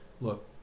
look